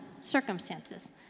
circumstances